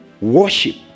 worship